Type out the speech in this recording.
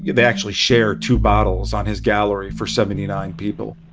yeah they actually share two bottles on his gallery for seventy nine people.